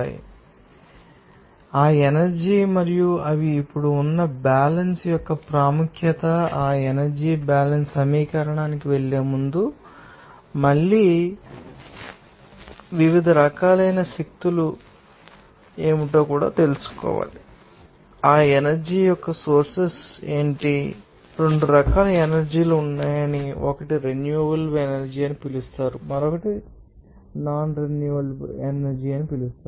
మీకు తెలుసా ఆ ఎనర్జీ మరియు అవి ఇప్పుడు ఉన్న బ్యాలెన్స్ యొక్క ప్రాముఖ్యత ఆ ఎనర్జీ బ్యాలెన్స్ సమీకరణానికి వెళ్లేముందు మళ్ళీ మీరు వివిధ రకాలైన శక్తులు ఏమిటో తెలుసుకోవాలి మరియు ఆ ఎనర్జీ యొక్క సోర్సెస్ ఏమిటి మీకు తెలుసు 2 రకాల ఎనర్జీ ఉందని ఒకటి రెన్యూబెల్ ఎనర్జీ అని పిలుస్తారు మరొకటి రెన్యూబెల్ ఎనర్జీ అని పిలుస్తారు